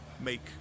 make